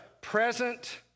present